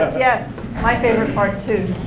yes. my favorite part too.